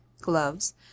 gloves